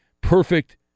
perfect